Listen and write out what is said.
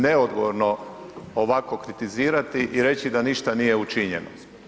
Neodgovorno ovako kritizirati i reći da ništa nije učinjeno.